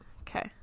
okay